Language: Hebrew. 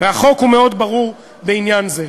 והחוק הוא מאוד ברור בעניין זה.